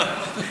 לא,